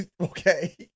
Okay